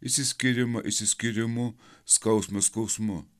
išsiskyrimą išsiskyrimu skausmą skausmu